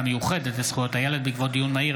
המיוחדת לזכויות הילד בעקבות דיון מהיר